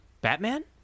Batman